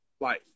life